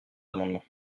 amendement